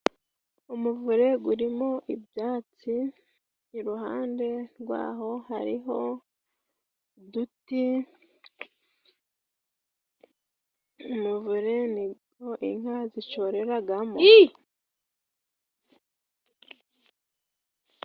Umuvure gurimo ibyatsi, iruhande rwaho hariho uduti. Umuvure niho inka zishoreraragamo.